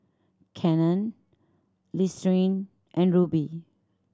Canon Listerine and Rubi